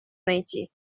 найти